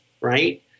right